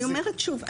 אני אומרת שוב,